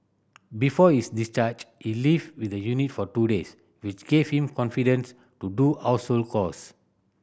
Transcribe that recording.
before his discharge he lived in the unit for two days which gave him confidence to do household chores